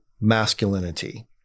masculinity